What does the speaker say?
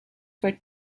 for